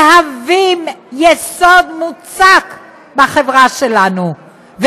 מהווים יסוד מוצק בחברה שלנו,